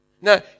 Now